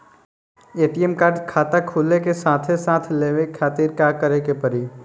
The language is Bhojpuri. ए.टी.एम कार्ड खाता खुले के साथे साथ लेवे खातिर का करे के पड़ी?